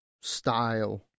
style